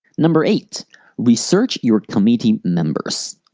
number eight research your committee members.